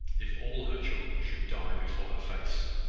if all her children should die before her face.